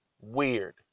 weird